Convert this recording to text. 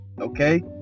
okay